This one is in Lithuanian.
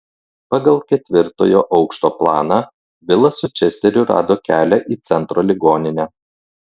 pagal ketvirtojo aukšto planą vilas su česteriu rado kelią į centro ligoninę